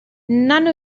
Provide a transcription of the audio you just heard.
none